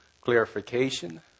clarification